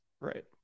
Right